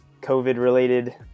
COVID-related